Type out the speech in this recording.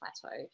plateau